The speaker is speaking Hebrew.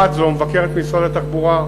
1. זו מבקרת משרד התחבורה,